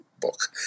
book